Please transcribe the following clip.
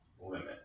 limit